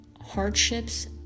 hardships